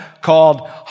called